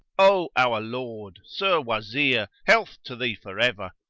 o our lord, sir wazir, health to thee forever!